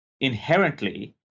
inherently